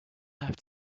have